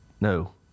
No